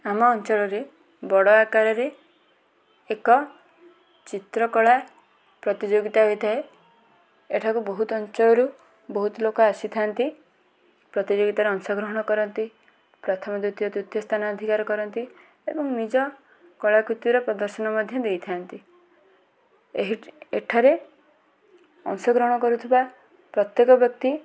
ଆମ ଅଞ୍ଚଳରେ ବଡ଼ ଆକାରରେ ଏକ ଚିତ୍ରକଳା ପ୍ରତିଯୋଗିତା ହୋଇଥାଏ ଏଠାକୁ ବହୁତ ଅଞ୍ଚଳରୁ ବହୁତ ଲୋକ ଆସିଥାନ୍ତି ପ୍ରତିଯୋଗିତାରେ ଅଂଶଗ୍ରହଣ କରନ୍ତି ପ୍ରଥମ ଦ୍ୱିତୀୟ ତୃତୀୟ ସ୍ଥାନ ଅଧିକାର କରନ୍ତି ଏବଂ ନିଜ କଳାକୃତିର ପ୍ରଦର୍ଶନ ମଧ୍ୟ ଦେଇଥାନ୍ତି ଏହି ଏଠାରେ ଅଂଶଗ୍ରହଣ କରୁଥିବା ପ୍ରତ୍ୟେକ ବ୍ୟକ୍ତି